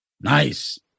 Nice